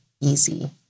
easy